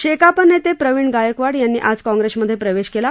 शेकाप नेते प्रवीण गायकवाड यांनी आज काँग्रेसमध्ये प्रवेश केला